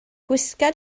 gwisga